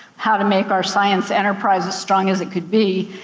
how to make our science enterprise as strong as it could be,